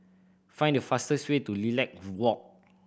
find the fastest way to Lilac Walk